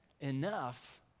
enough